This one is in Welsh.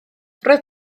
roedd